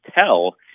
tell